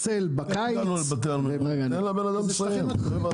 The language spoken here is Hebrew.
על המפקחים שעליהם אנחנו צריכים לפקח,